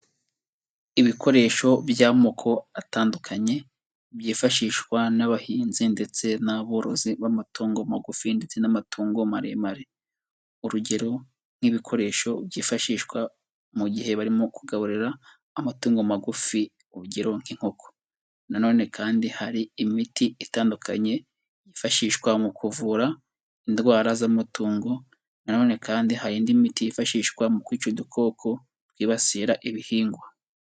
Ibikoresho by'amoko atandukanye byifashishwa n'abahinzi ndetse n'aborozi b'amatungo magufi ndetse n'amatungo maremare, urugero nk'ibikoresho byifashishwa mu gihe barimo kugaburira amatungo magufi, urugero nk'inkoko nanone kandi hari imiti itandukanye yifashishwa mu kuvura indwara z'amatungo, na none kandi hari indi miti yifashishwa mu kwica udukoko twibasira ibihingwa.